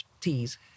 teas